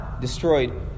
destroyed